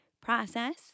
process